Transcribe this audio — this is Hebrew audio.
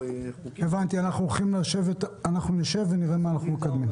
אנחנו נשב ונראה מה אנחנו מקדמים.